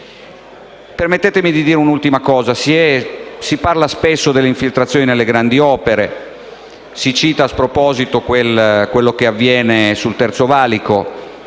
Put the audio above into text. Permettetemi di dire un'ultima cosa. Si parla spesso delle infiltrazioni nelle grandi opere e si cita a sproposito quello che avviene sul terzo valico.